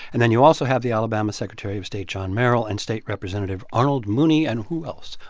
and then you also have the alabama secretary of state, john merrill, and state representative arnold mooney and who else?